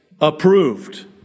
Approved